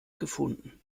gefunden